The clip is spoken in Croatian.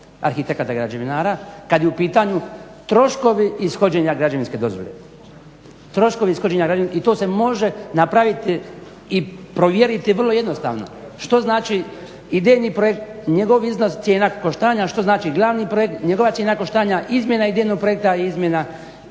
arhitekata građevinara kad je u pitanju troškovi ishođenja građevinske dozvole. I to se može napraviti i provjeriti vrlo jednostavno. Što znači idejni projekt, njegov iznos, cijena koštanja, što znači glavni projekt, njegova cijena koštanja, izmjena idejnog projekta i izmjena